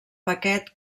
paquet